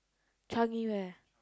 tell me where